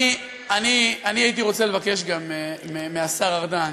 אני הייתי רוצה לבקש גם מהשר ארדן,